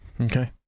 Okay